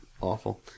Awful